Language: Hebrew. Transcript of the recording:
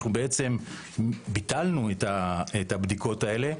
ביטלנו את הבדיקות האלה,